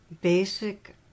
basic